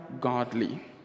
godly